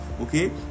okay